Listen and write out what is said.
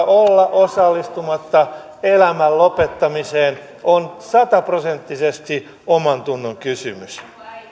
olla osallistumatta elämän lopettamiseen on sataprosenttisesti omantunnonkysymys